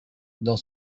dans